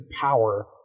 power